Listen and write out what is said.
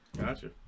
Gotcha